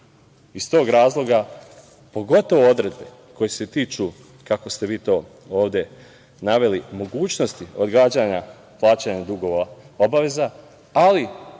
Iz tog razloga, pogotovo odredbe koje se tiču, kako ste vi to ovde naveli, mogućnosti odgađanja plaćanja dugova, obaveza, ali